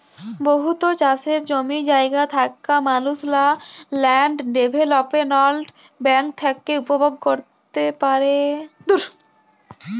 বহুত চাষের জমি জায়গা থ্যাকা মালুসলা ল্যান্ড ডেভেলপ্মেল্ট ব্যাংক থ্যাকে উপভোগ হ্যতে পারে